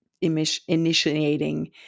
initiating